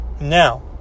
Now